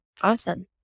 Awesome